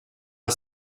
are